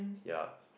ya